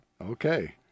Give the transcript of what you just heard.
Okay